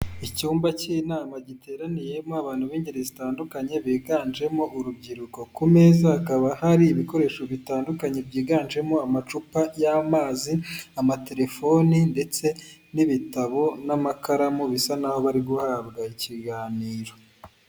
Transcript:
Icyumba cy'inama giteraniyemo abantu b'ingeri zitandukanye biganjemo urubyiruko, ku meza hakaba hari ibikoresho bitandukanye byiganjemo amacupa y'amazi, amaterefone ndetse n'ibitabo n'amakaramu bisa naho bari guhabwa ikiganiro.